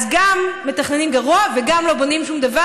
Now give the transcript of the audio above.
אז גם מתכננים גרוע וגם לא בונים שום דבר.